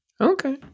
Okay